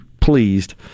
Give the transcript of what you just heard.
pleased